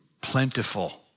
plentiful